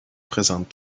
présente